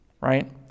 Right